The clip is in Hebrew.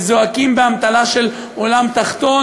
וזועקים באמתלה של "עולם תחתון",